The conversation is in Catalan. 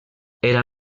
era